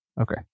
Okay